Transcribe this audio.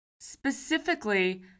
Specifically